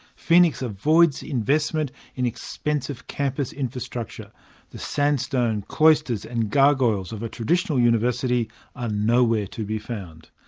phoenix avoids investment in expensive campus infrastructure the sandstone, cloisters, and gargoyles of a traditional university are nowhere to be found.